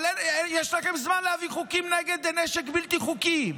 אבל יש לכם זמן בהבאת חוקים נגד נשק בלתי חוקי,